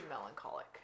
melancholic